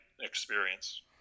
experience